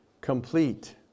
complete